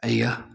ꯑꯩꯒ